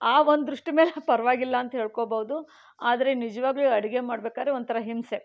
ಆ ಒಂದು ದೃಷ್ಟಿ ಮೇಲೆ ಪರವಾಗಿಲ್ಲ ಅಂತ ಹೇಳ್ಕೊಬೋದು ಆದರೆ ನಿಜವಾಗ್ಲೂ ಅಡುಗೆ ಮಾಡ್ಬೇಕಾದ್ರೆ ಒಂಥರ ಹಿಂಸೆ